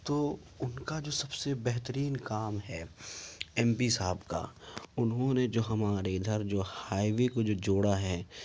ان کا جو سب سے بہترین کام ہے ایم پی صاحب کا انہوں نے جو ہمارے ادھر جو ہائی وے کو جو جوڑا ہے